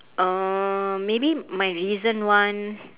uh maybe my recent one